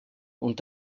und